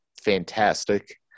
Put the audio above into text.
fantastic